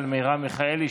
של מרב מיכאלי,